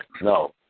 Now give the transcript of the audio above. No